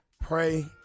pray